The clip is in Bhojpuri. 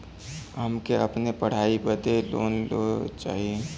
हमके अपने पढ़ाई बदे लोन लो चाही?